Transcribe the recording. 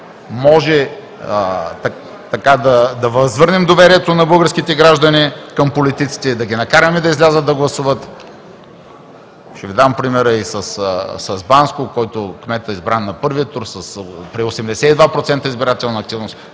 може да възвърнем доверието на българските граждани към политиците, да ги накараме да излязат да гласуват. Ще Ви дам пример с Банско, където кметът е избран на първия тур с 82% избирателна активност.